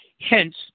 hence